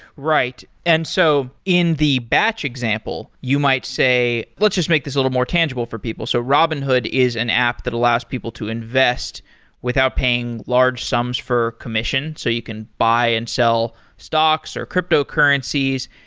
right. and so in the batch example, you might say let's just make this a little more tangible for people. so robinhood is an app that allows people to invest without paying large sums for commission. so you can buy and sell stocks or cryptocurrencies,